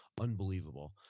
unbelievable